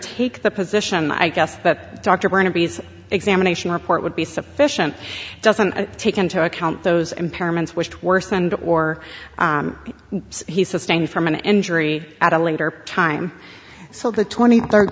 take the position i guess that dr wanna be's examination report would be sufficient doesn't take into account those impairments wished worsened or he sustained from an injury at a later time so the twenty thir